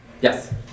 Yes